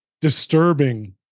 disturbing